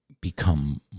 become